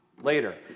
later